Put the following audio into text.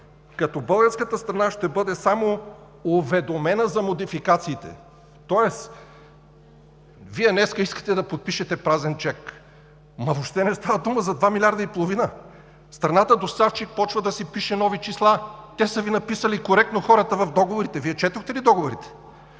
„като българската страна ще бъде само уведомена за модификациите“. Тоест Вие днес искате да подпишете празен чек. Ама въобще не става дума за два милиарда и половина! Страната-доставчик започва да си пише нови числа. Те са Ви написали коректно хората в договорите, Вие четохте ли договорите?